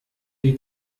die